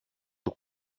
του